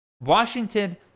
Washington